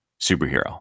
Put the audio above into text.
superhero